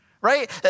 Right